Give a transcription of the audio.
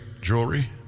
Jewelry